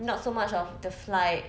not so much of the flight